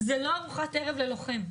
זו לא ארוחת ערב ללוחם.